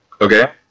Okay